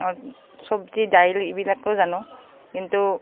চবজি দাইল এইবিলাকো জানো কিন্তু